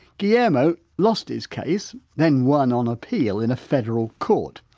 guillermo lost his case, then won on appeal in a federal court.